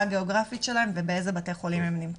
גיאוגרפית שלהם ובאיזה בתי חולים הם נמצאים.